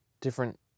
different